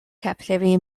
captivity